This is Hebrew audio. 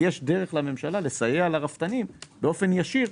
יש דרך לממשלה לסייע לרפתנים באופן ישיר,